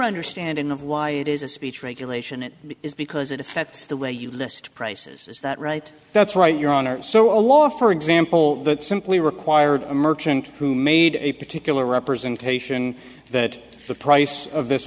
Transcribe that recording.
understanding of why it is a speech regulation it is because if that's the way you list prices is that right that's right your honor so a lot for example that simply required a merchant who made a particular representation that the price of this